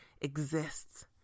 exists